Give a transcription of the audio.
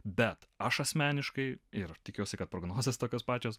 bet aš asmeniškai ir tikiuosi kad prognozės tokios pačios